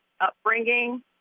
upbringing